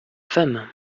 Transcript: femmes